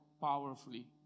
powerfully